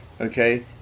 Okay